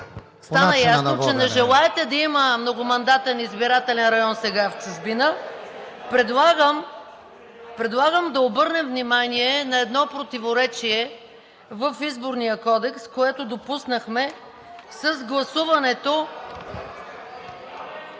като е ясно, че не желаете да има многомандатен избирателен район сега в чужбина, предлагам да обърнем внимание на едно противоречие в Изборния кодекс, което допуснахме с гласуването